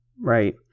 right